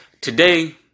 Today